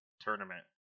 tournament